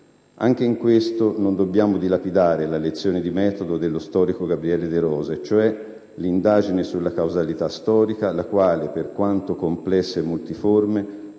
Anche in questo non dobbiamo dilapidare la lezione dì metodo dello storico Gabriele De Rosa e cioè l'indagine sulla causalità storica, la quale, per quanto complessa e multiforme,